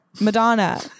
Madonna